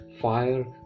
fire